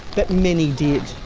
but many did.